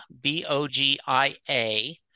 B-O-G-I-A